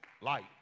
light